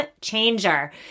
changer